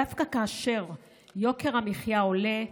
דווקא כאשר יוקר המחיה עולה,